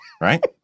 Right